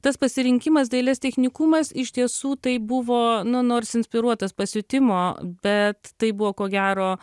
tas pasirinkimas dailės technikumas iš tiesų tai buvo nu nors inspiruotas pasiutimo bet tai buvo ko gero